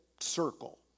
circle